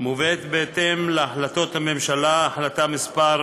מובאת בהתאם להחלטות הממשלה מס'